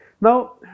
Now